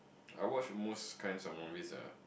I watch most kinds of movies ah